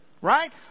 Right